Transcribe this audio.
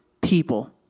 people